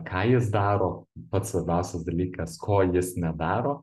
ką jis daro pats svarbiausias dalykas ko jis nedaro